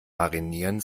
marinieren